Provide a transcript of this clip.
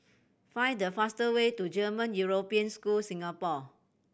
find the fastest way to German European School Singapore